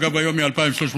אגב היום היא 2,350,